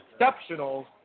exceptional